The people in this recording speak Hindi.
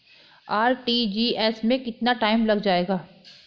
आर.टी.जी.एस में कितना टाइम लग जाएगा?